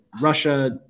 Russia